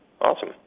Awesome